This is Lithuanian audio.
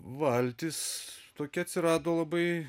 valtis tokia atsirado labai